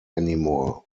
anymore